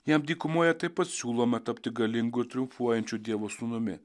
jam dykumoje taip pat siūloma tapti galingu triumfuojančiu dievo sūnumi